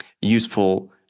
useful